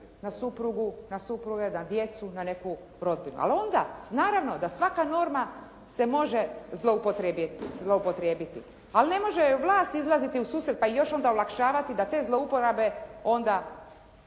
na supruge, na djecu, na neku rodbinu. Ali onda naravno da svaka norma se može zloupotrijebiti, ali ne može joj vlast izlaziti u susret pa i još onda olakšavati da te zlouporabe onda